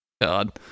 God